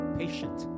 patient